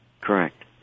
Correct